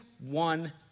one